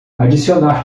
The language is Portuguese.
adicionar